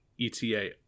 ETA